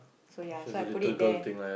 so ya so I put it there